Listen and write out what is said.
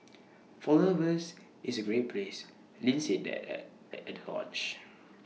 for lovers it's A great place Lin said that at at the hodge